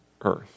earth